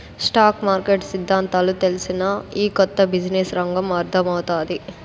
stock market సిద్దాంతాలు తెల్సినా, ఈ కొత్త బిజినెస్ రంగం అర్థమౌతాది